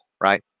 right